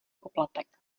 poplatek